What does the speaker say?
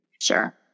Sure